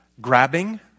grabbing